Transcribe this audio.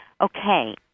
Okay